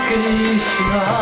Krishna